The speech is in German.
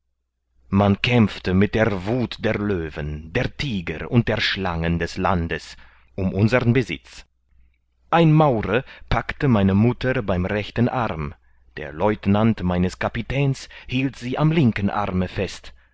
man kämpfte mit der wuth der löwen der tiger und der schlangen des landes um unsern besitz ein maure packte meine mutter beim rechten arm der leutnant meines kapitäns hielt sie am linken arme fest